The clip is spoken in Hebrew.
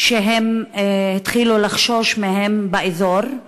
שהם התחילו לחשוש מהן באזור,